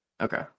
Okay